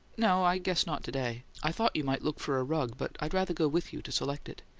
no i guess not to-day. i thought you might look for a rug, but i'd rather go with you to select it.